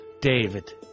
David